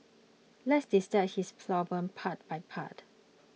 let's dissect this problem part by part